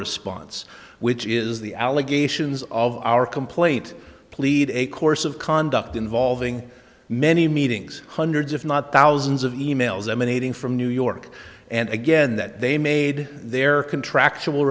response which is the allegations of our complaint plead a course of conduct involving many meetings hundreds if not thousands of e mails emanating from new york and again that they made their contractual